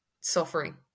suffering